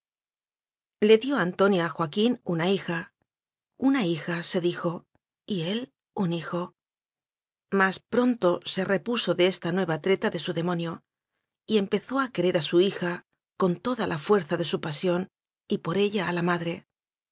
le dio antonia a joaquín una hija una hijase dijoy él un hijo mas pronto se repuso de esta nueva treta de su demonio y empezó a querer a su hija con toda la fuerza de su pasión y por ella a la madre